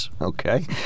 Okay